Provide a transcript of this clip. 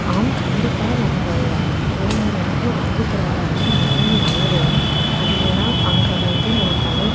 ஆம் கண்டிப்பாக நம்மளுடைய பிள்ளைங்கள் வந்து வங்கி துறையில் இருந்தால் மிகவும் நல்லதுதான் அது ஏன்னால் அங்கே வந்து நமக்கு வந்து